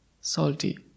salty